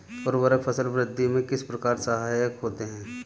उर्वरक फसल वृद्धि में किस प्रकार सहायक होते हैं?